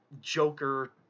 Joker